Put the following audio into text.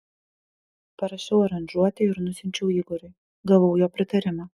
parašiau aranžuotę ir nusiunčiau igoriui gavau jo pritarimą